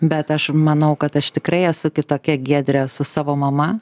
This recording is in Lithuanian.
bet aš manau kad aš tikrai esu kitokia giedrė su savo mama